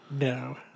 No